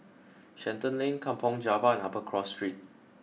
Shenton Lane Kampong Java and Upper Cross Street